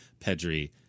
Pedri